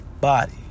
body